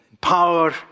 power